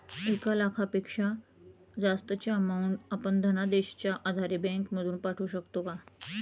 एक लाखापेक्षा जास्तची अमाउंट आपण धनादेशच्या आधारे बँक मधून पाठवू शकतो का?